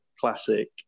classic